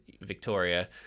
victoria